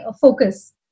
focus